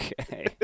Okay